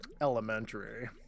elementary